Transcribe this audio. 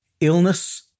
illness